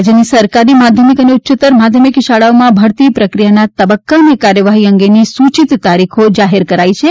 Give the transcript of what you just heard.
રાજયની સરકારી માધ્યમિક અને ઉચ્યતર માધ્યમિક શાળાઓમાં ભરતી પ્રક્રિયાના તબકકા અને કાર્યવાહી અંગેની સુચિત તારીખો જાહેર કરાઇ છે